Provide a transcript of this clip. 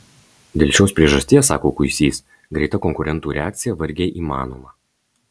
dėl šios priežasties sako kuisys greita konkurentų reakcija vargiai įmanoma